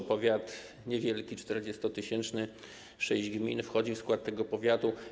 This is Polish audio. To powiat niewielki, 40-tysięczny, sześć gmin wchodzi w skład tego powiatu.